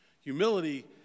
Humility